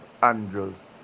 Andrews